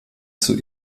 zur